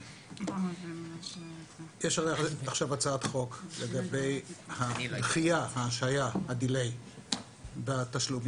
יש עכשיו הצעת חוק לגבי הדחייה, השהיה בתשלומים.